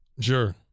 Sure